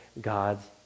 God's